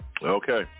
Okay